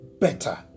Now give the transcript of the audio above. better